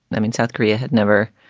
i mean, south korea had never,